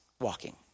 walking